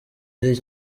ari